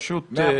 מאה אחוז.